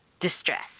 distress